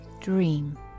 dream